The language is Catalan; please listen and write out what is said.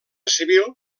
civil